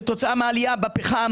כתוצאה מהעלייה בפחם.